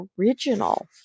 original